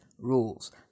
rules